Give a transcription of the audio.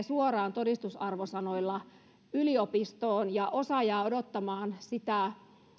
suoraan todistusarvosanoilla yliopistoon ja osa jää odottamaan sitä